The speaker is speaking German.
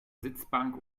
sitzbank